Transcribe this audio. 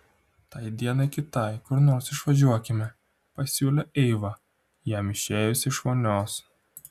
tai dienai kitai kur nors išvažiuokime pasiūlė eiva jam išėjus iš vonios